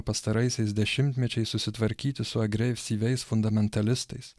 pastaraisiais dešimtmečiais susitvarkyti su agresyviais fundamentalistais